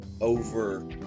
over